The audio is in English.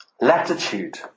Latitude